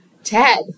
Ted